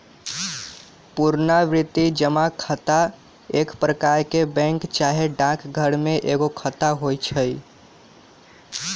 पुरनावृति जमा खता एक प्रकार के बैंक चाहे डाकघर में एगो खता होइ छइ